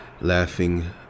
Laughing